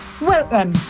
Welcome